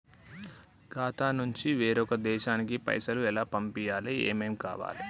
ఖాతా నుంచి వేరొక దేశానికి పైసలు ఎలా పంపియ్యాలి? ఏమేం కావాలి?